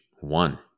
one